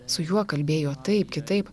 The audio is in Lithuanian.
su juo kalbėjo taip kitaip